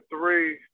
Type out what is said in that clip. three